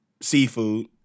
seafood